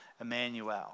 Emmanuel